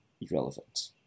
irrelevant